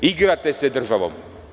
Igrate se državom.